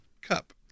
cup